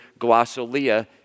glossolia